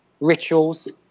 rituals